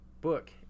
book